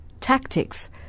Tactics